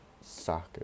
soccer